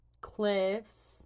cliffs